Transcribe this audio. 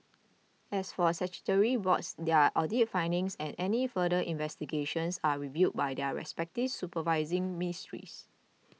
as for statutory boards their audit findings and any further investigations are reviewed by their respective supervising ministries